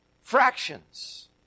fractions